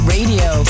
Radio